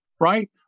Right